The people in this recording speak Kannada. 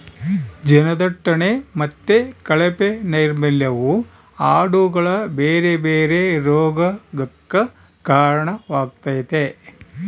ಜನದಟ್ಟಣೆ ಮತ್ತೆ ಕಳಪೆ ನೈರ್ಮಲ್ಯವು ಆಡುಗಳ ಬೇರೆ ಬೇರೆ ರೋಗಗಕ್ಕ ಕಾರಣವಾಗ್ತತೆ